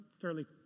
fairly